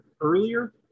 earlier